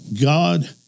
God